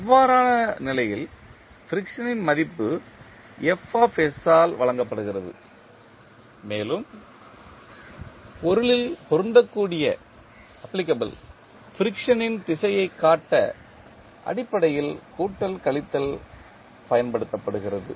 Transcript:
அவ்வாறான நிலையில் ஃபிரிக்சன் ன் மதிப்பு ஆல் வழங்கப்படுகிறது மேலும் பொருளில் பொருந்தக்கூடிய ஃபிரிக்சன் ன் திசையைக் காட்ட அடிப்படையில் கூட்டல் கழித்தல் பயன்படுத்தப்படுகிறது